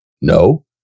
No